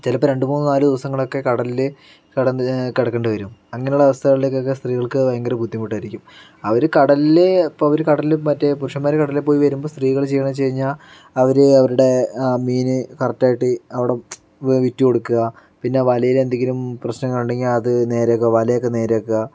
ചിലപ്പോൾ രണ്ട് മൂന്ന് നാല് ദിവസങ്ങളൊക്കെ കടലില് കിടന്ന് കിടക്കേണ്ടി വരും അങ്ങനെ ഉള്ള അവസ്ഥകളിൽ ഒക്കെ സ്ത്രീകൾക്ക് ഭയങ്കര ബുദ്ധിമുട്ടായിരിക്കും അവര് കടലില് ഇപ്പൊ അവര് കടലിൽ മറ്റേ പുരുഷന്മാർ കടലിൽ പോയി വരുമ്പോൾ സ്ത്രീകൾ ചെയ്യുന്നത് എന്ന് വെച്ച് കഴിഞ്ഞാൽ അവര് അവരുടെ ആ മീന് കറക്റ്റായിട് അവിടം വിറ്റ് കൊടുക്കുക പിന്നെ വലയിൽ എന്തെങ്കിലും പ്രശ്നങ്ങൾ ഉണ്ടെങ്കിൽ അത് നേരെ ചോ വലയൊക്കെ നേരെ ആകുക